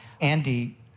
Andy